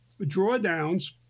drawdowns